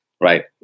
right